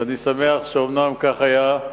ואני שמח שאומנם כך היה.